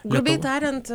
grubiai tariant